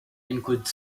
include